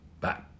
Bye